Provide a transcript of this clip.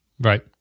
right